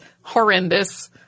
horrendous